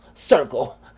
Circle